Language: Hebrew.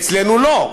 אצלנו לא.